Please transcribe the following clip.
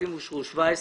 הצבעה בעד,